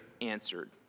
answered